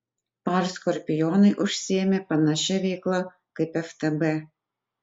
par skorpionai užsiėmė panašia veikla kaip ftb